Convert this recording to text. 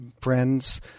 friends